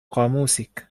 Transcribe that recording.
قاموسك